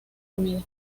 comida